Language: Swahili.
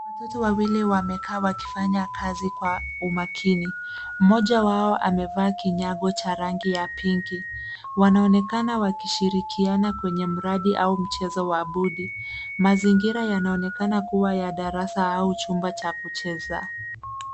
Watoto wawili wamekaa wakifanya kazi kwa umakini. Mmoja wao amevaa kinyago cha rangi ya pinki. Wanaonekana wakishirikiana kwenye mradi au mchezo wa bodi. Mazingira yanaonekana kuwa ya darasa au chumba cha kucheza.